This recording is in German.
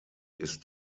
ist